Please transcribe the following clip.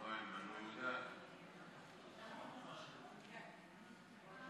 עמיתיי חברי הכנסת וחברות